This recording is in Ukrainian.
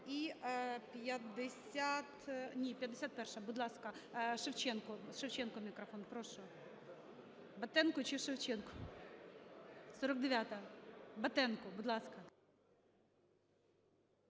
51-а. Будь ласка, Шевченко. Шевченку мікрофон, прошу. Батенку чи Шевченку? 49-а. Батенку, будь ласка.